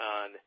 on